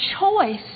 choice